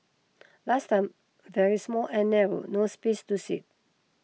last time very small and narrow no space to sit